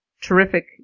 terrific